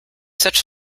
such